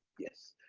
yes.